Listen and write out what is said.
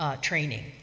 training